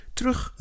Terug